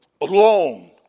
alone